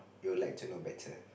would like to know better